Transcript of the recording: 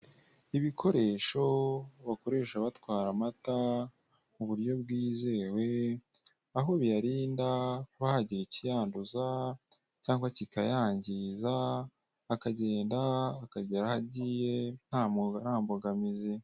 Ibikoresho bakoresha batwara amata mu buryo bwizewe aho biyarinda ko hagira ikiyanduza cyangwa kikayangiza akagenda akagera aho agiye ntambogamizi.